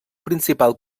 principal